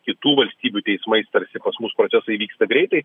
kitų valstybių teismais tarsi pas mus procesai vyksta greitai